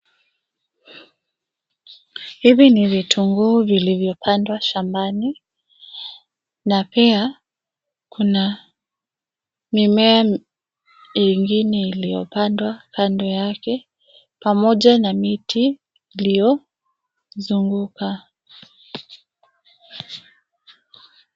Hivi ni vitunguu vilivyopandwa shambani, na pia kuna mimea mingine ilipandwa kando yake pamoja na miti iliyozunguka.